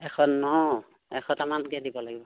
এশ ন এশ টকামানকৈ দিব লাগিব